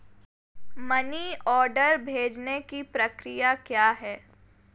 Money order भेजने की प्रक्रिया क्या है?